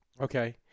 Okay